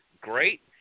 great